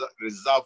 reserve